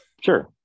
sure